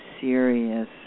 Serious